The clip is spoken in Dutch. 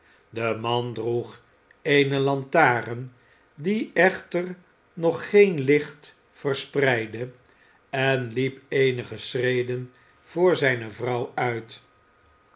de man droeg eene lantaren die echter nog geen licht verspreidde en liep eenige schreden voor zijne vrouw uit